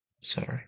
sorry